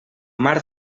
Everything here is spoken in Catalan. mar